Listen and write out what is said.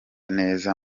neza